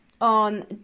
on